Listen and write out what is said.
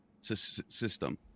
system